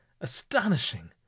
Astonishing